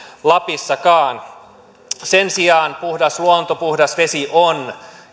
lapissakaan sen sijaan puhdas luonto puhdas vesi on